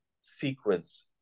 sequence